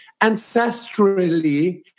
ancestrally